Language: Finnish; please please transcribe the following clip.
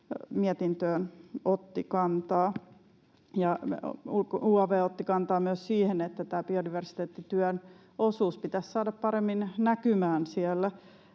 mietintöön kantaa, ja UaV otti kantaa myös siihen, että tämän biodiversiteettityön osuus pitäisi saada paremmin näkymään siellä